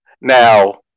now